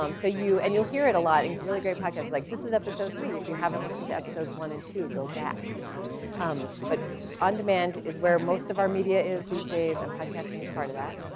um so and you'll hear it a lot and really great package like this is episode three, if you haven't listened to episodes one and two, go back. you know um but on-demand is where most of our media is these days and podcasting is part of that.